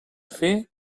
fer